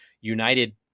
United